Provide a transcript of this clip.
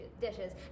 dishes